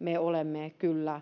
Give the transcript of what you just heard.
me olemme siis kyllä